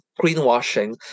greenwashing